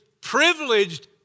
privileged